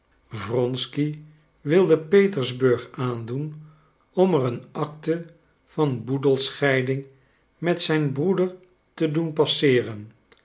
wronsky wilde petersburg aandoen om er een acte van boedelscheiding met zijn broeder te doen passeeren